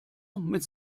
mit